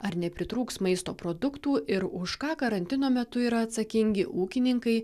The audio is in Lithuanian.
ar nepritrūks maisto produktų ir už ką karantino metu yra atsakingi ūkininkai